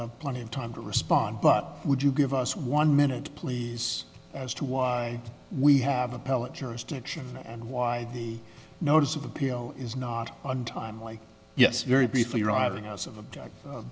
have plenty of time to respond but would you give us one minute please as to why we have appellate jurisdiction and why the notice of appeal is not untimely yes very briefly riving us